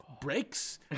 breaks